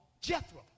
Jethro